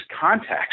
context